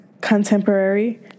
contemporary